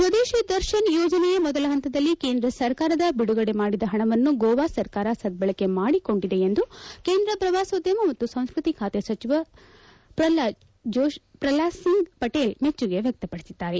ಸ್ವದೇಶಿ ದರ್ಶನ್ ಯೋಜನೆಯ ಮೊದಲ ಹಂತದಲ್ಲಿ ಕೇಂದ್ರ ಸರ್ಕಾರದ ಬಿಡುಗಡೆ ಮಾಡಿದ ಹಣವನ್ನು ಗೋವಾ ಸರ್ಕಾರ ಸದ್ದಳಕೆ ಮಾಡಿಕೊಂಡಿದೆ ಎಂದು ಕೇಂದ್ರ ಪ್ರವಾಸೋದ್ಯಮ ಮತ್ತು ಸಂಸ್ಟೃತಿ ಬಾತೆ ರಾಜ್ಯ ಸಚಿವ ಪ್ರಹ್ಲಾದ್ ಸಿಂಗ್ ಪಟೇಲ್ ಮೆಚ್ಚುಗೆ ವ್ಯಕ್ತಪಡಿಸಿದ್ದಾರೆ